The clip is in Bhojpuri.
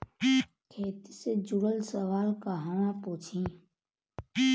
खेती से जुड़ल सवाल कहवा पूछी?